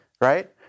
Right